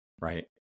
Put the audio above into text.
right